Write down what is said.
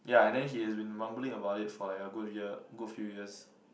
ya and then he has been mumbling about it for like a good year good few years